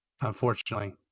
Unfortunately